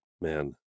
man